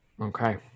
Okay